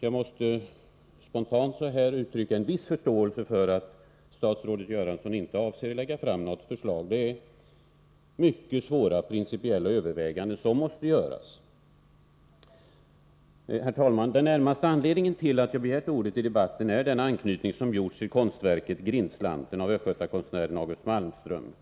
Jag vill spontant uttrycka en viss förståelse för att statsrådet Göransson inte avser att lägga fram något förslag; det är mycket svåra principiella överväganden som måste göras. Herr talman! Den närmaste anledningen till att jag begärt ordet i debatten är den anknytning som gjorts till konstverket Grindslanten av östgötakonstnären August Malmström.